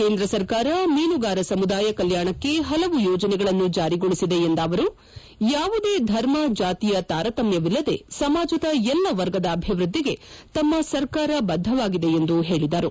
ಕೇಂದ್ರ ಸರ್ಕಾರ ಮೀನುಗಾರ ಸಮುದಾಯ ಕಲ್ಲಾಣಕ್ಕೆ ಹಲವು ಯೋಜನೆಗಳನ್ನು ಜಾರಿಗೊಳಿಸಿದೆ ಎಂದ ಅವರು ಯಾವುದೇ ಧರ್ಮ ಜಾತಿಯ ತಾರತಮ್ಯವಿಲ್ಲದೆ ಸಮಾಜದ ಎಲ್ಲಾ ವರ್ಗದ ಅಭಿವ್ಯದ್ವಿಗೆ ತಮ್ಮ ಸರ್ಕಾರ ಬದ್ದವಾಗಿದೆ ಎಂದು ಅವರು ಹೇಳಿದರು